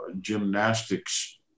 gymnastics